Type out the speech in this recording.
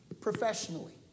professionally